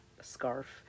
scarf